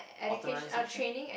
authorization